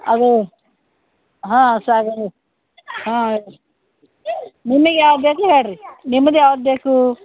ಅದು ಹಾಂ ಸಾಗರ್ ರೀ ಹಾಂ ನಿಮಿಗೆ ಯಾವ್ದು ಬೇಕು ಹೇಳಿರಿ ನಿಮ್ಗೆ ಯಾವ್ದು ಬೇಕು